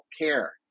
care